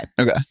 Okay